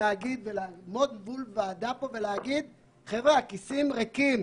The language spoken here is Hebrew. לעמוד פה מול הוועדה ולהגיד שהכיסים ריקים.